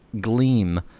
gleam